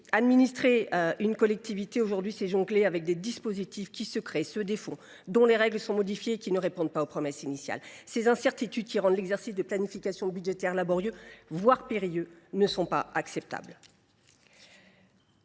Administrer une collectivité, aujourd’hui, c’est jongler avec des dispositifs qui se créent et se défont, dont les règles sont modifiées ou qui ne répondent pas aux promesses initiales. Ces incertitudes, qui rendent l’exercice de planification budgétaire laborieux, voire périlleux, ne sont pas acceptables.